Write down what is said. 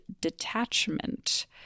Detachment